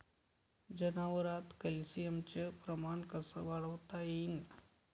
जनावरात कॅल्शियमचं प्रमान कस वाढवता येईन?